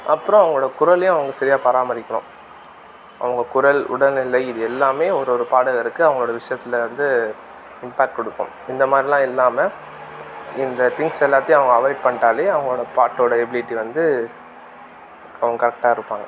அப்புறோம் அவங்களோட குரலையும் அவங்க சரியா பராமரிக்கணும் அவங்க குரல் உடல்நிலை இது எல்லாமே ஒரு ஒரு பாடகருக்கு அவங்களோட விஷயத்துல வந்து இம்பேக்ட் கொடுக்கும் இந்த மாதிரிலாம் இல்லாமல் இந்த திங்க்ஸ் எல்லாத்தையும் அவங்க அவாய்ட் பண்ணிட்டாலே அவங்களோட பாட்டோடய எபிலிட்டி வந்து அவங்க கரெக்டாக இருப்பாங்க